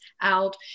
out